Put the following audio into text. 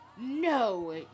no